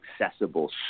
accessible